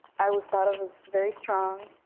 i was thought of as very strong,